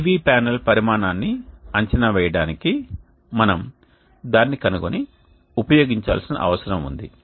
PV panel పరిమాణాన్ని అంచనా వేయడానికి మనం దానిని కనుగొని ఉపయోగించాల్సిన అవసరం ఉంది